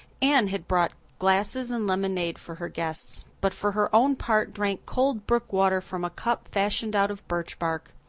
anne had brought glasses and lemonade for her guests, but for her own part drank cold brook water from a cup fashioned out of birch bark.